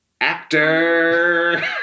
Actor